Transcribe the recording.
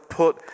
put